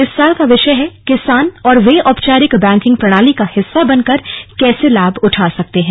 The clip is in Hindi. इस साल का विषय है किसान और वे औपचारिक बैंकिंग प्रणाली का हिस्सा बनकर कैसे लाभ उठा सकते हैं